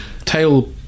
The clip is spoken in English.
tail